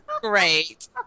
great